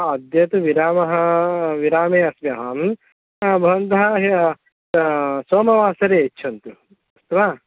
अद्य तु विरामः विरामे अस्मि अहं भवन्तः ह्यः सोमवासरे यच्छन्तु अस्तु वा